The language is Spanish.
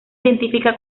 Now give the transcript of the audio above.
científica